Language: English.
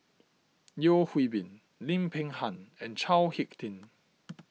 Yeo Hwee Bin Lim Peng Han and Chao Hick Tin